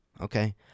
Okay